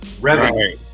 revenue